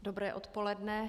Dobré odpoledne.